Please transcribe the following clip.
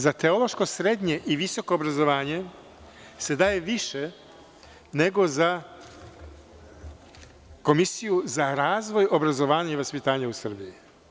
Za teološko srednje i visoko obrazovanje se daje više nego za Komisiju za razvoj obrazovanja i vaspitanja u Srbiji.